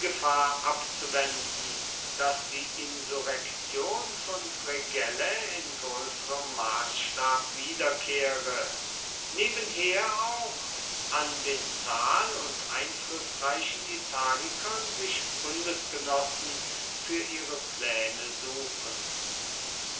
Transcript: abzuwenden daß die insurrektion von fregellae in größerem maßstab wiederkehre nebenher auch an den zahl und einflußreichen italikern sich bundesgenossen für ihre pläne suchen